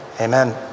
Amen